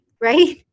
right